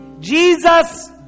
Jesus